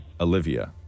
Olivia